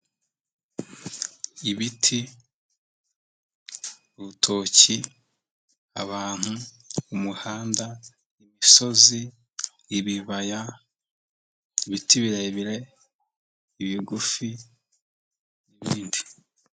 Ibiti, urutoki, abantu, umuhanda, imisozi, ibibaya, ibiti birebire, ibigufi n'ibindi.